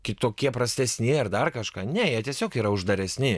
kitokie prastesni ar dar kažką ne jie tiesiog yra uždaresni